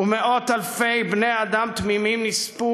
ומאות-אלפי בני אדם תמימים נספו